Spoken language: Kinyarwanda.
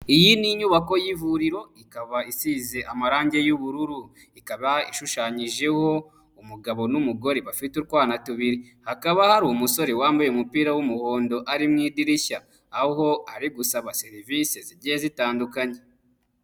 Iyi ni inyubako y'ivuriro, ikaba isize amarangi y'ubururu, ikaba ishushanyijeho umugabo n'umugore bafite utwana tubiri, hakaba hari umusore wambaye umupira w'umuhondo ari mu idirishya aho ari gusaba serivisi zigiye zitandukanye.